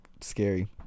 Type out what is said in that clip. scary